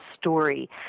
story